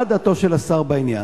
מה דעתו של השר בעניין?